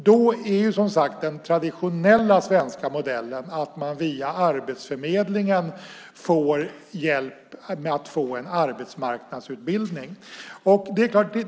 Då är som sagt den traditionella svenska modellen att man via Arbetsförmedlingen får hjälp med att få en arbetsmarknadsutbildning.